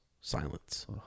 silence